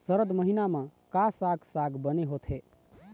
सरद महीना म का साक साग बने होथे?